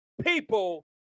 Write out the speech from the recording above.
people